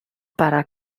para